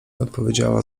odpowiedziała